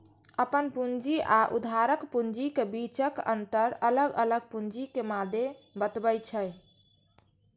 अपन पूंजी आ उधारक पूंजीक बीचक अंतर अलग अलग पूंजीक मादे बतबै छै